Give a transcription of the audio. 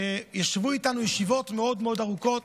שישבו איתנו ישיבות מאוד מאוד ארוכות.